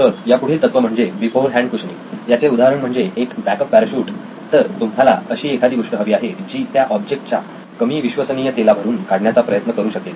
तर यापुढील तत्त्व म्हणजे बिफोरहँड कुशनिंग याचे उदाहरण म्हणजे एक बॅकअप पॅरॅशूट तर तुम्हाला अशी एखादी गोष्ट हवी आहे जी त्या ऑब्जेक्ट च्या कमी विश्वसनीयतेला भरून काढण्याचा प्रयत्न करू शकेल